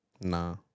Nah